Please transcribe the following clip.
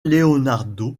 leonardo